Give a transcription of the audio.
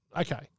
Okay